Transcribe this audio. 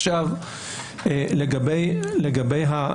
העלו כאן